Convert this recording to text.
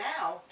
now